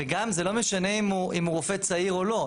וגם, זה לא משנה אם הוא רופא צעיר או לא.